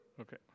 Okay